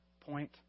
point